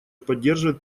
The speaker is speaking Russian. поддерживает